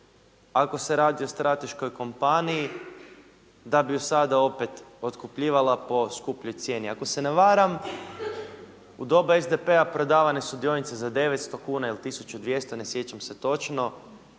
ako se radi o strateškoj kompaniji da bi ju sada opet otkupljivala po skupljoj cijeni? Ako se ne varam u doba SDP-a prodavane su dionice za 900 kuna ili 1200 ne sjećam se točno,